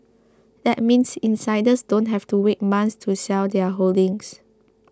that means insiders don't have to wait months to sell their holdings